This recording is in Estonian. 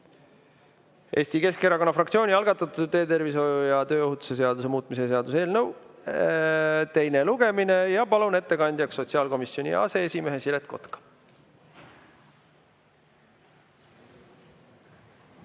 Eesti Keskerakonna fraktsiooni algatatud töötervishoiu ja tööohutuse seaduse muutmise seaduse eelnõu teine lugemine. Palun ettekandjaks sotsiaalkomisjoni aseesimehe Siret Kotka.